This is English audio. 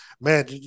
man